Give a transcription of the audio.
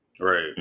Right